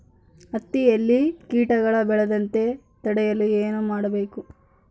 ಹತ್ತಿಯಲ್ಲಿ ಕೇಟಗಳು ಬೇಳದಂತೆ ತಡೆಯಲು ಏನು ಮಾಡಬೇಕು?